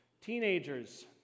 Teenagers